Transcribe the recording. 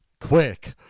quick